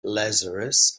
lazarus